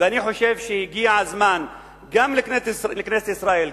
ואני חושב שהגיע הזמן שגם כנסת ישראל,